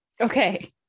Okay